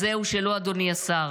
אז זהו, שלא, אדוני השר.